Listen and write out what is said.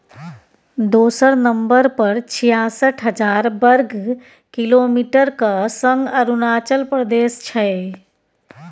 दोसर नंबर पर छियासठ हजार बर्ग किलोमीटरक संग अरुणाचल प्रदेश छै